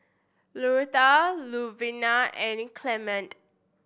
Loretta Luvinia and Clement